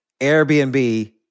Airbnb